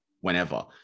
whenever